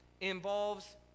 involves